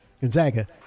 Gonzaga